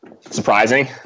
surprising